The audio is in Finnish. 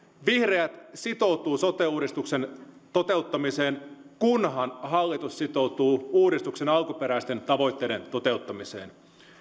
vihreät sitoutuvat sote uudistuksen toteuttamiseen kunhan hallitus sitoutuu uudistuksen alkuperäisten tavoitteiden toteuttamiseen